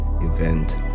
event